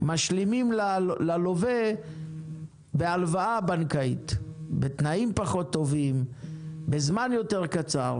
משלימים ללווה בהלוואה בנקאית בתנאים פחות טובים ובזמן יותר קצר.